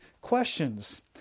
questions